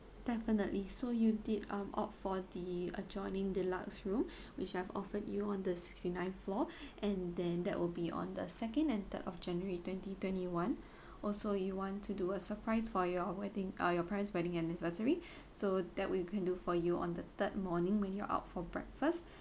definitely so you did um opt for the adjoining deluxe room which I've offered you on the sixty ninth floor and then that will be on the second and third of january twenty twenty one also you want to do a surprise for your wedding uh your parents wedding anniversary so that we can do for you on the third morning when you're out for breakfast